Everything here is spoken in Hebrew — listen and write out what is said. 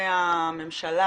לגורמי הממשלה